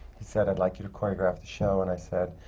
he said, i'd like you to choreograph the show. and i said,